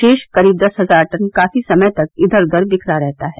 शेष करीब दस हजार टन काफी समय तक इधर उधर दिखरा रहता है